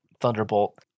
thunderbolt